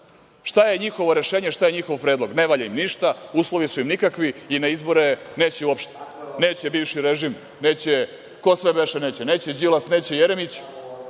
je njihovo rešenje, šta je njihov predlog? Ne valja im ništa, uslovi su im nikakvi i na izbore neće uopšte. Neće bivši režim, neće, ko sve beše neće, neće Đilas, neće Jeremić,